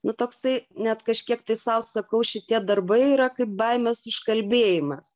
nu toksai net kažkiek tai sau sakau šitie darbai yra kaip baimės užkalbėjimas